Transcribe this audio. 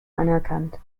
anerkannt